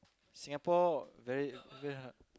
Singapore very very hot